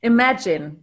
Imagine